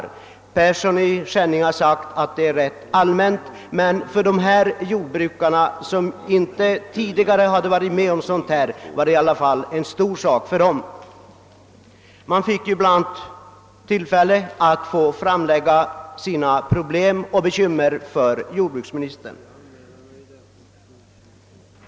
Herr Persson i Skänninge har sagt att uppvaktningar förekommer rätt allmänt, men för dessa jordbrukare, som inte tidigare hade varit med om någon sådan, var den i alla fall en stor sak. De fick bi. a. tillfälle att framlägga sina bekymmer för jordbruksministern.